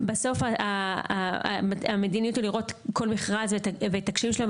בסוף המדיניות היא לראות כל מכרז ואת הקשיים שלו,